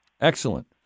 Excellent